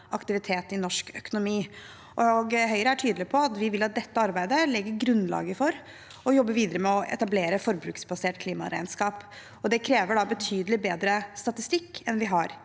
aktivitet i norsk økonomi. Høyre er tydelig på at vi vil at dette arbeidet skal legge grunnlaget for å jobbe videre med å etablere forbruksbaserte klimaregnskap, og det krever betydelig bedre statistikk enn vi har i